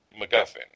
MacGuffin